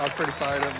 ah pretty fired